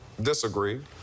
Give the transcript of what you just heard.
disagree